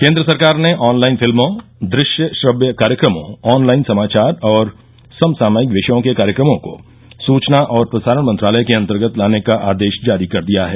केन्द्र सरकार ने ऑनलाइन फिल्मों दृश्य श्रव्य कार्यक्रमों ऑनलाइन समाचार और समसामायिक विषयों के कार्यक्रमों को सूचना और प्रसारण मंत्रालय के अंतर्गत लाने का आदेश जारी कर दिया है